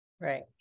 right